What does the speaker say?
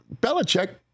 Belichick